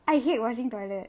I hate washing toilet